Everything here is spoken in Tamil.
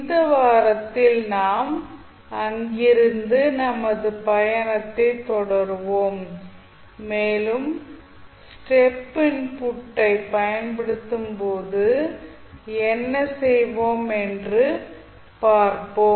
இந்த வாரத்தில் நாம் அங்கிருந்து நமது பயணத்தை தொடருவோம் மேலும் ஸ்டெப் இன்புட்டை பயன்படுத்தும் போது என்ன செய்வோம் என்று பார்ப்போம்